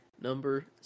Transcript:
number